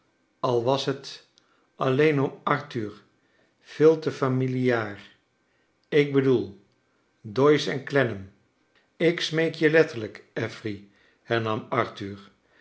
al was het alleen om arthur veel te familiaar ik bedoel doyce en clennani ik smeek je letterlijk affery hernam arthur